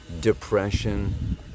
depression